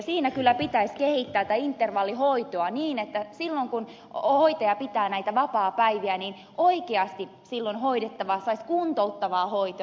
siinä kyllä pitäisi kehittää tätä intervallihoitoa niin että silloin kun hoitaja pitää näitä vapaapäiviä oikeasti hoidettava saisi kuntouttavaa hoitoa